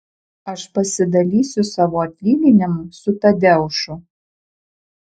aš pasidalysiu savo atlyginimu su tadeušu